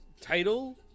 title